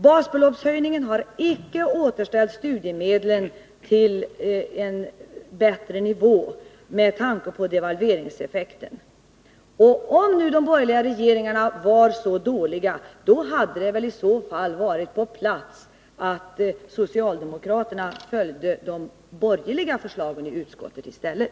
Basbeloppshöjningen har icke återställt studiemedlen till en bättre nivå med tanke på devalveringseffekten. Om nu de borgerliga regeringarna var så dåliga, hade det väl varit på sin plats att socialdemokraterna följde de borgerliga förslagen i utskottet i stället.